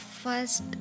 First